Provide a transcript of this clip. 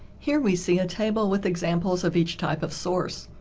here we see a table with examples of each type of source.